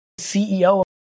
CEO